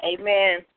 Amen